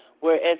whereas